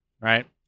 Right